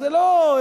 זה לא,